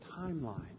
timeline